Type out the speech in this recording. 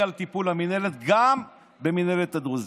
לטיפול המינהלת גם במינהלת הדרוזים,